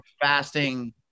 fasting